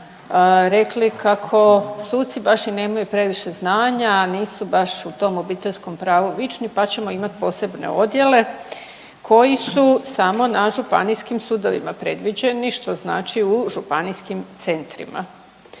rekli kako suci baš i nemaju previše znanja, nisu baš u tom obiteljskom pravu vični pa ćemo imati posebne odjele koji su samo na županijskim sudovima predviđeni što znači u županijskim centrima.